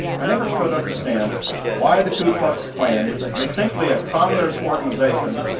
i never could understand why the ku klux klan, which is distinctly a commoners organization,